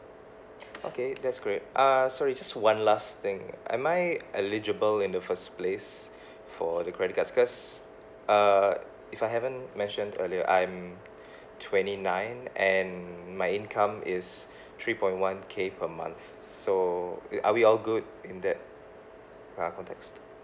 okay that's great uh sorry just one last thing am I eligible in the first place for the credit card because uh if I haven't mentioned earlier I'm twenty nine and my income is three point one K per month so we are we all good in that uh context